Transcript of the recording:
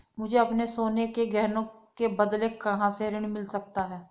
मुझे अपने सोने के गहनों के बदले कहां से ऋण मिल सकता है?